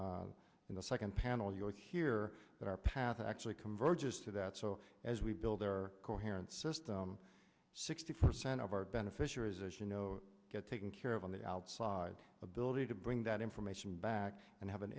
in the second panel you'll hear that our path actually convergence to that so as we build our coherent system sixty percent of our beneficiaries as you know get taken care of on the outside ability to bring that information back and have an